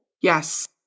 Yes